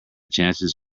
chances